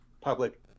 public